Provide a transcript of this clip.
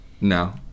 No